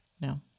No